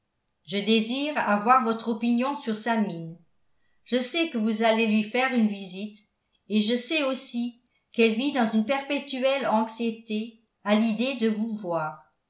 je désire avoir votre opinion sur sa mine je sais que vous allez lui faire une visite et je sais aussi qu'elle vit dans une perpétuelle anxiété à l'idée de vous voir